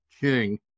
king